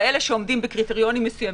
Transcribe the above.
כאלה שעומדים בקריטריונים מסוימים,